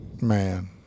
Man